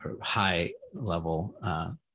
high-level